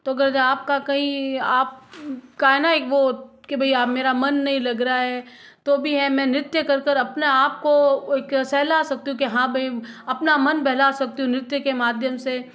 तो अगर आपका कई आपका है ना एक वो के भाई आप मेरा मन नहीं लग रहा है तो भी है मैं नृत्य कर अपने आप को एक सहला सकती हूँ कि हाँ भाई अपना मन बहला सकती हूँ नृत्य के माध्यम से